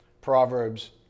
Proverbs